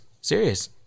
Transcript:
serious